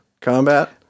combat